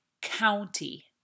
county